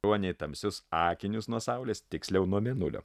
ruoniai tamsius akinius nuo saulės tiksliau nuo mėnulio